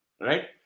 Right